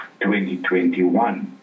2021